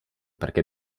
perché